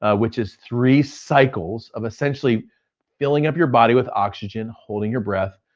ah which is three cycles of essentially filling up your body with oxygen, holding your breath,